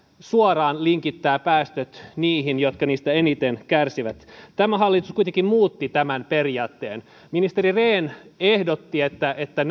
suoraan linkittää päästöt niihin jotka niistä eniten kärsivät tämä hallitus kuitenkin muutti tämän periaatteen ministeri rehn ehdotti että että